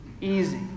easy